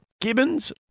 Gibbons